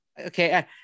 okay